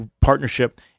partnership